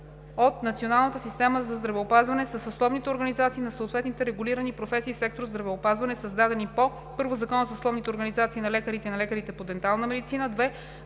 от Националната система за здравеопазване са съсловните организации на съответните регулирани професии в сектор „Здравеопазване“, създадени по: 1. Закона за съсловните организации на лекарите и на лекарите по дентална медицина;